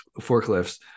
forklifts